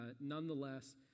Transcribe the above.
nonetheless